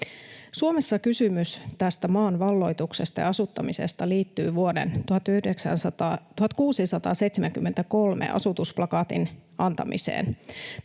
Suomessa kysymys tästä maan valloituksesta ja asuttamisesta liittyy vuoden 1673 asutus-plakaatin antamiseen.